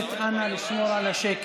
אתה פשוט עולה על מדים ויוצא לדרך.